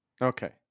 Okay